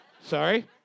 Sorry